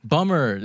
Bummer